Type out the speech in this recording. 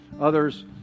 others